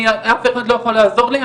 אף אחד לא יכול לעזור לי,